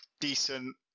decent